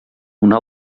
una